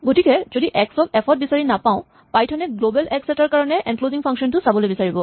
গতিকে যদি এক্স ক এফ ত বিচাৰি নাপাওঁ পাইথন এ গ্লৱেল এক্স এটাৰ কাৰণে এনক্লজিং ফাংচন টো চাবলৈ বিচাৰিব